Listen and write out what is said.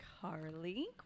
Carly